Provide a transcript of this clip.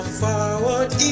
forward